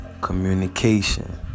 communication